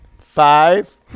Five